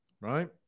right